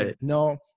No